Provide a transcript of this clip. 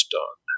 done